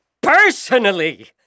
Personally